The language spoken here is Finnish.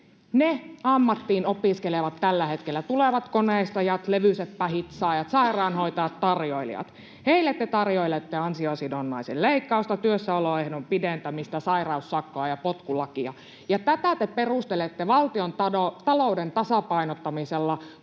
ammattiin opiskelevat — tulevat koneistajat, levyseppähitsaajat, sairaanhoitajat, tarjoilijat. Heille te tarjoilette ansiosidonnaisen leikkausta, työssäoloehdon pidentämistä, sairaussakkoa ja potkulakia, ja tätä te perustelette valtiontalouden tasapainottamisella,